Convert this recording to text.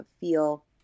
feel